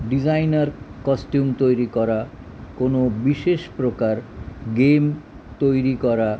designer costume তৈরি করা কোনো বিশেষ প্রকার গেম তৈরি করা